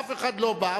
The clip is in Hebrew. אף אחד לא בא,